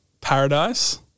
Paradise